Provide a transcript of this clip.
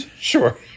Sure